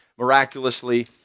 miraculously